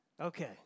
Okay